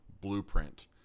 blueprint